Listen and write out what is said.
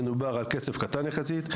מדובר על כסף קטן יחסית.